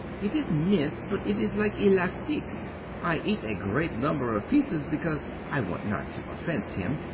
it is mint but it is like elastic i eat a great number of pieces because i want not to offence him,